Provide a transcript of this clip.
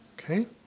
okay